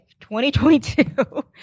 2022